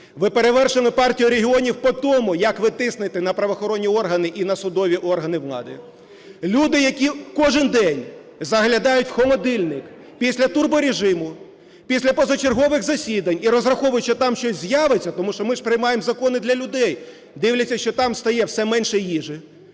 Ви перевершили Партію регіонів по тому, як ви тиснете на правоохоронні органи і на судові органи влади. Люди, які кожен день заглядають в холодильник після турборежиму, після позачергових засідань і розраховують, що там щось з'явиться, тому що ми ж приймаємо закони для людей, дивляться, що там стає все менше їжі,